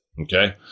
Okay